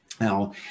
Now